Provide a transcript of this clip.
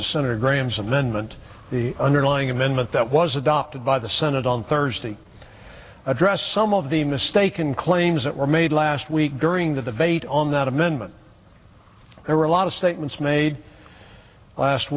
to senator graham's amendment the underlying amendment that was adopted by the senate on thursday addressed some of the mistaken claims that were made last week during the debate on that amendment there were a lot of statements made last